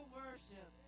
worship